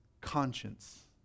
conscience